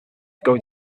going